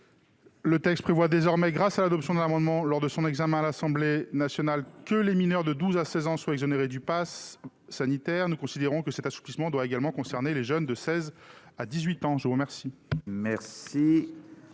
Le texte prévoit désormais, grâce à l'adoption d'un amendement à l'Assemblée nationale, que les mineurs de 12 à 16 ans seront exonérés du passe vaccinal. Nous considérons que cet assouplissement doit également concerner les jeunes âgés de 16 à 18 ans. L'amendement